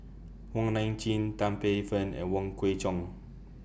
Wong Nai Chin Tan Paey Fern and Wong Kwei Cheong